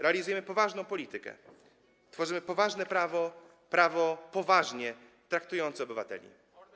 Realizujemy poważną politykę, tworzymy poważne prawo, prawo poważnie traktujące obywateli.